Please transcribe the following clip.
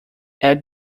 add